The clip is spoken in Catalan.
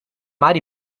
mar